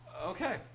okay